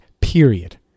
period